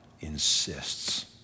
insists